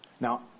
Now